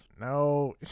No